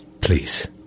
Please